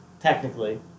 Technically